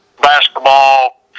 basketball